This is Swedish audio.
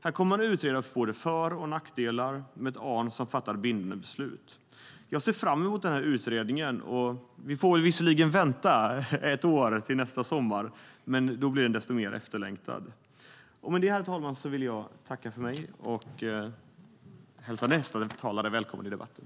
Man kommer att utreda både för och nackdelar med ett Arn som fattar bindande beslut. Jag ser fram emot utredningen. Vi får visserligen vänta ett år, till nästa sommar, men då blir den desto mer efterlängtad. Med detta, herr talman, hälsar jag nästa talare välkommen i debatten.